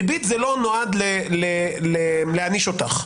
הריבית לא נועדה להעניש אותך,